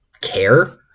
care